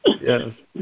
Yes